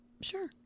Sure